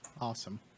Awesome